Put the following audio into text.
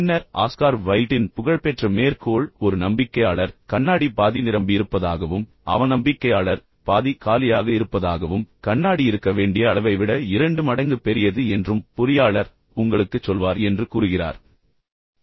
பின்னர் ஆஸ்கார் வைல்டின் புகழ்பெற்ற மேற்கோள் ஒரு நம்பிக்கையாளர் கண்ணாடி பாதி நிரம்பியிருப்பதாகவும் அவநம்பிக்கையாளர் பாதி காலியாக இருப்பதாகவும் கண்ணாடி இருக்க வேண்டிய அளவை விட இரண்டு மடங்கு பெரியது என்றும் பொறியாளர் உங்களுக்குச் சொல்வார் என்று கூறுகிறார்